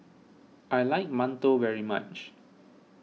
I like Mantou very much